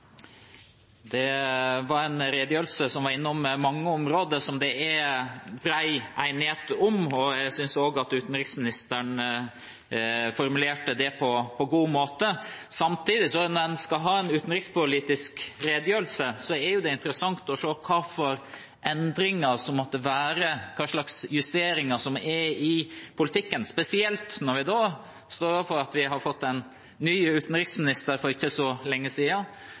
Det var en redegjørelse som var innom mange områder som det er bred enighet om. Jeg synes utenriksministeren formulerte det på en god måte. Når man skal ha en utenrikspolitisk redegjørelse, er det samtidig interessant å se på hvilke endringer som måtte være i politikken, justeringer av politikken, og spesielt når vi står overfor det at vi har fått en ny utenriksminister for ikke så lenge